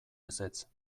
ezetz